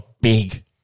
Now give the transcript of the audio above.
big